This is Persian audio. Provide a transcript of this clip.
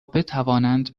بتوانند